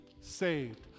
saved